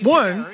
one